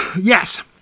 Yes